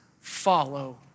Follow